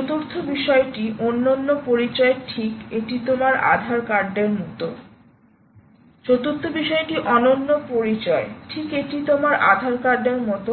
চতুর্থ বিষয়টি অনন্য পরিচয় ঠিক এটি তোমার আধার কার্ডের মতো